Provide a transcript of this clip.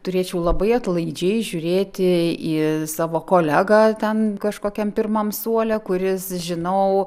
turėčiau labai atlaidžiai žiūrėti į savo kolegą ten kažkokiam pirmam suole kuris žinau